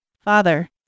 Father